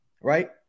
right